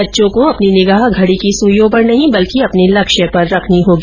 बच्चों को अपनी निगाह घड़ी की सुईयों पर नहीं बल्कि अपने लक्ष्य पर रखनी होगी